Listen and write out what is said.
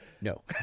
No